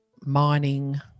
mining